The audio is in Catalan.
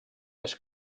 més